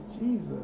Jesus